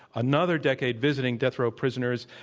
another decade visiting death row prisoners.